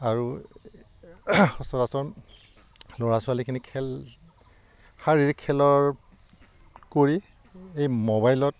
আৰু সচৰাচৰ ল'ৰা ছোৱালীখিনি খেল শাৰীৰিক খেলৰ কৰি এই মোবাইলত